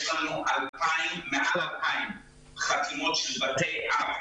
יש לנו מעל 2,000 חתימות של בתי אב,